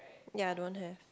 ya don't have